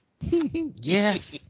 Yes